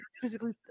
physically